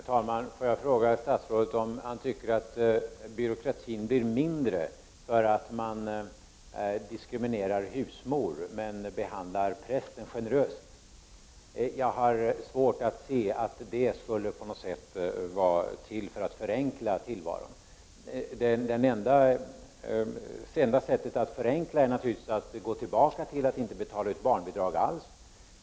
Herr talman! Får jag fråga statsrådet om han tycker att byråkratin blir mindre för att man diskriminerar husmor, men behandlar prästen generöst. Jag har svårt att se att det på något sätt skulle vara till för att förenkla tillvaron. Det enda sättet att förenkla är naturligtvis att gå tillbaka till att inte betala ut barnbidrag alls.